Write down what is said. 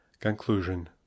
Conclusion